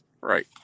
Right